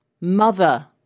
Mother